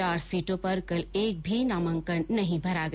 चार सीटों पर कल एक भी नामांकन नहीं भरा गया